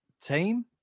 team